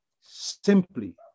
simply